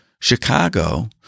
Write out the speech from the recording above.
Chicago